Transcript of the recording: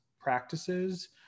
practices